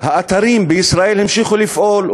האתרים בישראל המשיכו לפעול,